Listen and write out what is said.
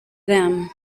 them